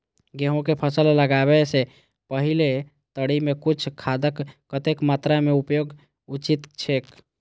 गेहूं के फसल लगाबे से पेहले तरी में कुन खादक कतेक मात्रा में उपयोग उचित छेक?